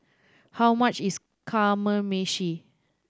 how much is Kamameshi